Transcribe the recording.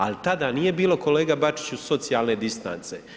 Ali tada nije bilo, kolega Bačiću socijalne distance.